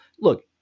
look